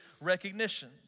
recognition